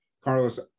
Carlos